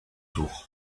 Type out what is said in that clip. tour